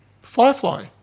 Firefly